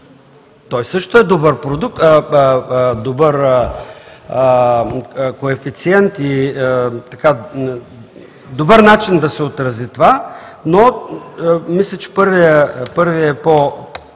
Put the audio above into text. Той също е добър коефициент и добър начин да се отрази това, но мисля, че първият е по-общ,